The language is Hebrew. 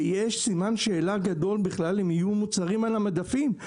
ויש סימן שאלה גדול בכלל אם יהיו מוצרים על המדפים,